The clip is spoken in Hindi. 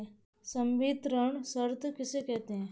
संवितरण शर्त किसे कहते हैं?